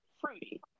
fruity